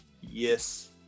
Yes